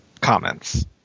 comments